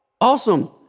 awesome